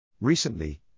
Recently